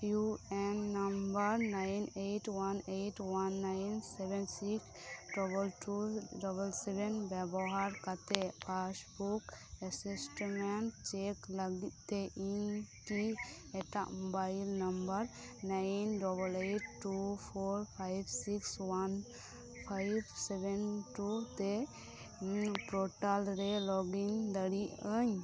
U A N number nine eight one eight one nine seven six double two double seven ᱵᱮᱵᱚᱦᱟᱨ ᱠᱟᱛᱮᱫ passbook assessment check ᱞᱟᱹᱜᱤᱫ ᱛᱮ ᱤᱧᱠᱤ ᱮᱴᱟᱜ mobile number nine double eight two four five six one five seven two ᱛᱮ portal ᱨᱮ login ᱫᱟᱲᱮᱜ ᱟᱹᱧ